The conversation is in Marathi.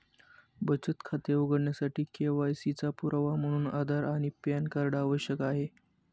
बचत खाते उघडण्यासाठी के.वाय.सी चा पुरावा म्हणून आधार आणि पॅन कार्ड आवश्यक आहे